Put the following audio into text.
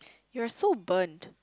you are so burnt